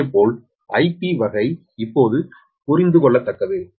இதேபோல் Ip வகை இப்போது புரிந்துகொள்ளத்தக்கது